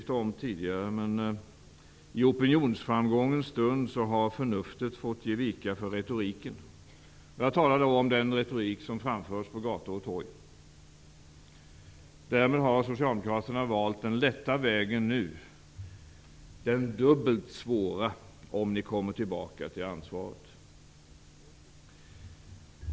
Det är tråkigt att behöva säga det; det var ett repliksskifte om detta tidigare. Jag talar då om den retorik som framförs på gator och torg. Därmed har Socialdemokraterna valt den lätta vägen nu och den dubbelt svåra om de kommer tillbaka till ansvaret.